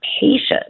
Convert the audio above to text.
patients